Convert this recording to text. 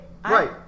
Right